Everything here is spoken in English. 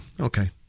Okay